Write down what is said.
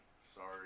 Sorry